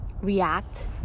react